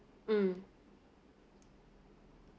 mm